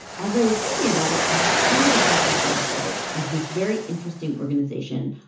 as i was thinking about it, i stumbled across this website of this very interesting organization,